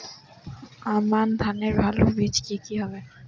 আমান ধানের ভালো বীজ কি কি হবে?